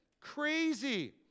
crazy